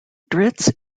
drizzt